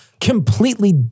completely